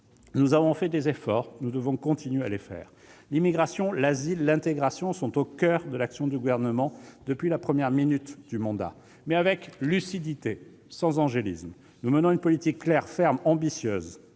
Nous avons fait des efforts sur ce point, et devons les poursuivre. L'immigration, l'asile et l'intégration ont été au coeur de l'action du Gouvernement depuis la première minute du quinquennat, mais avec lucidité et sans angélisme. Nous menons une politique claire, ferme, ambitieuse.